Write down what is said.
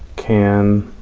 can